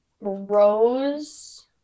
Rose